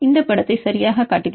இந்த படத்தை சரியாகக் காட்டுகிறேன்